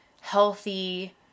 healthy